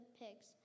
pigs